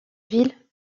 villes